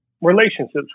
relationships